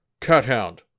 Cathound